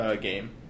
game